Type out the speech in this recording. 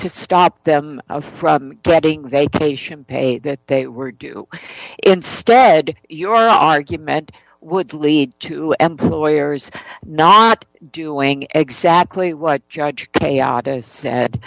to stop them from getting vacation pay that they were instead your argument would lead to employers not doing exactly what judge chaotic said